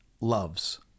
loves